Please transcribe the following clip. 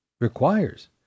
requires